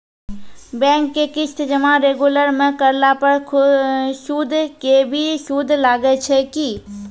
Bank के किस्त जमा रेगुलर नै करला पर सुद के भी सुद लागै छै कि?